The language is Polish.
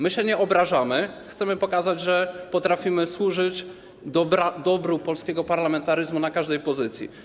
My się nie obrażamy, chcemy pokazać, że potrafimy służyć dobru polskiego parlamentaryzmu z każdej pozycji.